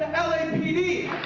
lapd